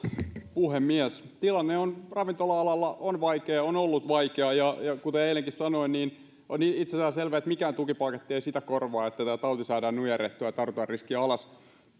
puhemies tilanne ravintola alalla on vaikea on ollut vaikea ja kuten eilenkin sanoin on itsestäänselvää että mikään tukipaketti ei korvaa sitä että tämä tauti saadaan nujerrettua ja tartuntariski alas